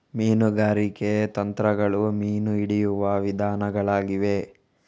ಮೀನುಗಾರಿಕೆ ತಂತ್ರಗಳು ಮೀನು ಹಿಡಿಯುವ ವಿಧಾನಗಳಾಗಿವೆ